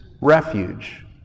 refuge